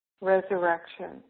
resurrection